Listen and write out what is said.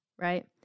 right